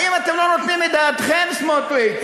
האם אתם לא נותנים את דעתכם, סמוטריץ,